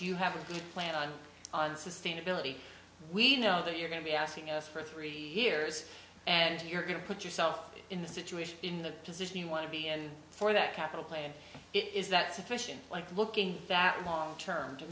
you have a plan on sustainability we know that you're going to be asking us for three years and you're going to put yourself in the situation in the position you want to be and for that capital plan is that sufficient like looking that long term to